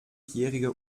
jährige